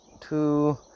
two